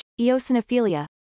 eosinophilia